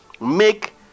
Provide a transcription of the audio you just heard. make